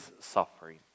suffering